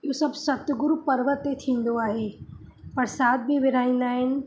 इहो सभु सतगुरु पर्व ते थींदो आहे प्रसाद बि विरिहाईंदा आहिनि